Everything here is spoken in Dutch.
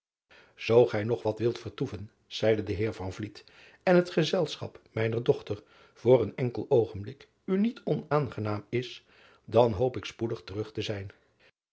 oo gij nog wat wilt vertoeven zeide de eer en het gezelschap mijner dochter voor een enkel oogenblik u niet onaangenaam is dan hoop ik spoedig terug te zijn